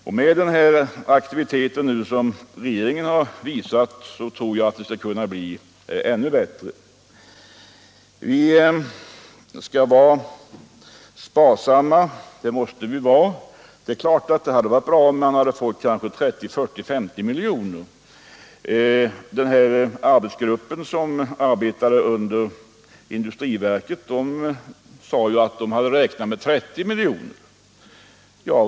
Och med den satsning som regeringen nu gör tror jag att det skall kunna bli ännu bättre. Regeringen har att iaktta sparsamhet. Visst hade det varit bra, om det anslagits 30. 40 eller 50 milj.kr. Den arbetsgrupp som arbetade under industriverket hade räknat med 30 miljoner.